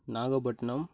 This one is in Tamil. நாகப்பட்டினம்